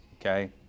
Okay